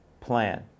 plan